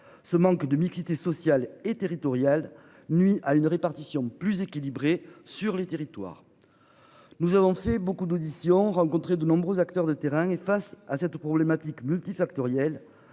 ce manque de mixité sociale et territoriale nuit à une répartition plus équilibrée sur le territoire. Nous avons fait beaucoup d'auditions rencontré de nombreux acteurs de terrain et face à cette problématique multifactoriel.